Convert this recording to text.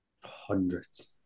Hundreds